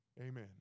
amen